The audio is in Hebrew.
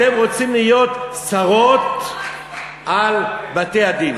אתן רוצות להיות שרות על בתי-הדין.